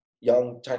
young